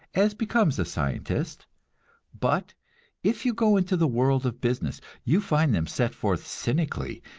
as becomes the scientist but if you go into the world of business, you find them set forth cynically,